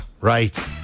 right